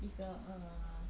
一个 err